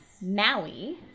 Maui